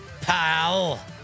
Pal